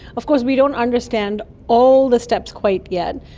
of course we don't understand all the steps quite yet,